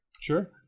Sure